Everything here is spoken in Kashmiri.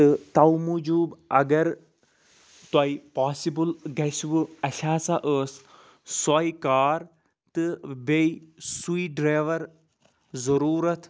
تہٕ توٕ موُجوٗب اگر تۄہہِ پاسِبل گژھِوٕ اسہِ ہسا ٲس سۄے کار تہٕ بیٚیہِ سُے ڈرایوَر ضروٗرت